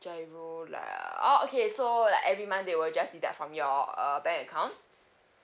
G_I_R_O lah oh okay so like every month they will just deduct from your err bank account